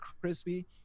crispy